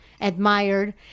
admired